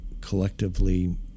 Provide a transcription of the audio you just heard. collectively